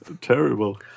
Terrible